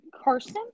Carson